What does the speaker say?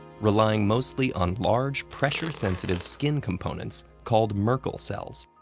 relying mostly on large, pressure-sensitive skin components called merkel cells.